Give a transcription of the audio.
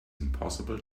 impossible